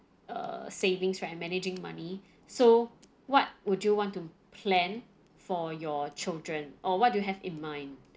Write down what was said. uh savings right managing money so what would you want to plan for your children or what do you have in mind